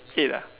eight ah